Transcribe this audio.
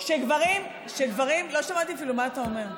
לא שמעתי אפילו מה אתה אומר.